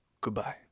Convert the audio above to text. goodbye